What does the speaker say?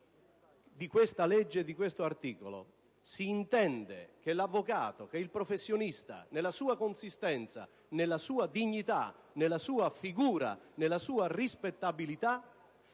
di questa legge e di questo articolo è il seguente: si intende che l'avvocato, che il professionista, nella sua consistenza, nella sua dignità, nella sua figura, nella sua rispettabilità